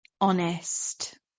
honest